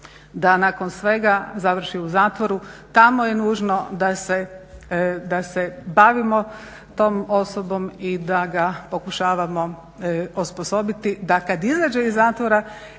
da nakon svega završi u zatvoru. Tamo je nužno da se bavimo tom osobom i da ga pokušavamo osposobiti da kad izađe iz zatvora